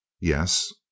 Yes